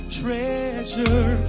treasure